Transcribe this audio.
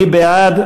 מי בעד?